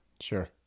Sure